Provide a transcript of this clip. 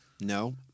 No